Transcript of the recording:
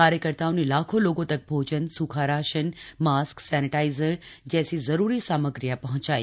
कार्यकर्ताओं ने लाखों लोगों तक भोजन सूखा राशन मास्क सैनेटाइज़र जैसी ज़रूरी सामग्रियां पहंचाई